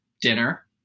dinner